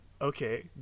Okay